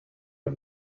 him